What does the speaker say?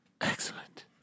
Excellent